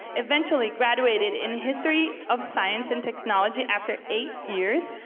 eventually, graduated in history of science and technology after eight years.